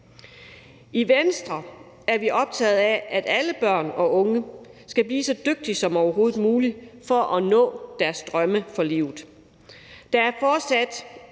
I Venstre er vi optaget af, at alle børn og unge skal blive så dygtige som overhovedet muligt for at nå deres drømme for livet.